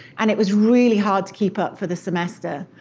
and it was really hard to keep up for the semester.